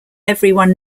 everyone